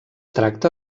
tracta